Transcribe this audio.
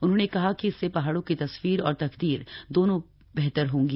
उन्होंने बताया कि इससे पहाड़ों की तस्वीर और तकदीर दोनों बेहतर होगी